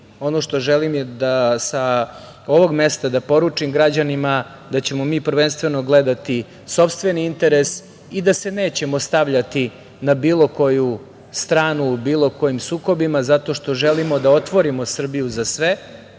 ono što želim je da sa ovog mesta poručim građanima da ćemo mi prvenstveno gledati sopstveni interes i da se nećemo stavljati na bilo koju stranu u bilo kojim sukobima zato što želimo da otvorimo Srbiju za sve.